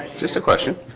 just a question